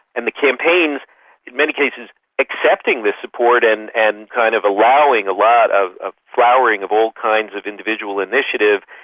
and the campaigns in many ways accepting the support and and kind of allowing a lot of ah flowering of all kinds of individual initiative.